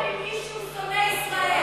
מישהו שונא ישראל,